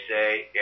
say